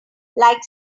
like